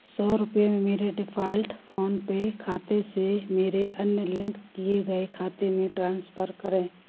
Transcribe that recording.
सौ रुपये मेरे डिफ़ॉल्ट फ़ोनपे खाते से मेरे अन्य लिंक किए गए खाते में ट्रांसफ़र करें